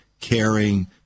caring